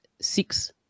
six